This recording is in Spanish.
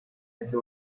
este